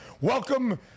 welcome